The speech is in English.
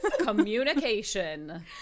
communication